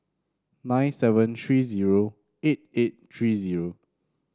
nine seven three zero eight eight three zero